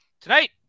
tonight